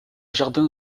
jardin